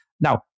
Now